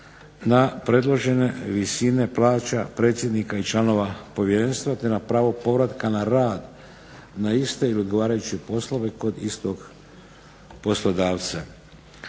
na predložene visine plaća predsjednika i članova povjerenstva, te na pravo povratka na rad na iste ili odgovarajuće poslove kod istog poslodavca.